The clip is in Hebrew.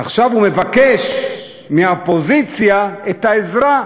עכשיו הוא מבקש מהאופוזיציה עזרה,